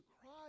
cry